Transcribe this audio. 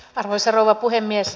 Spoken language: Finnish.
arvoisa rouva puhemies